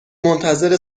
منتظر